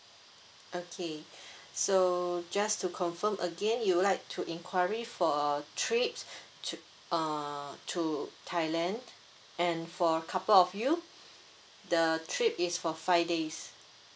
okay so just to confirm again you would like to inquiry for a trip to uh to thailand and for couple of you the trip is for five days